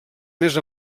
més